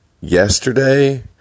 Yesterday